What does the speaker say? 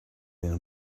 been